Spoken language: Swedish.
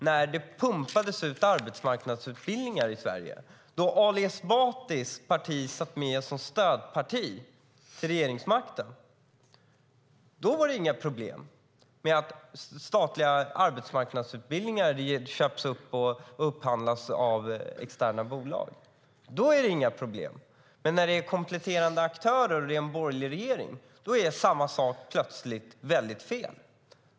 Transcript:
När det pumpades ut arbetsmarknadsutbildningar i Sverige, då Ali Esbatis parti satt med som stödparti till regeringsmakten, fanns det inga problem med att statliga arbetsmarknadsutbildningar upphandlades av externa bolag. Då var det inga problem, men när det handlar om kompletterande aktörer och vi har en borgerlig regering är samma sak plötsligt väldigt fel.